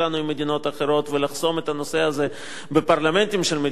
אחרות ולחסום את הנושא הזה בפרלמנטים של מדינות אחרות.